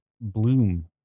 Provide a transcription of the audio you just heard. bloom